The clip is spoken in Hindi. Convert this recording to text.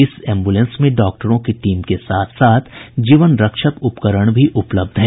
इस एम्बुलेंस में डॉक्टरों की टीम के साथ साथ जीवन रक्षक उपकरण भी उपलब्ध है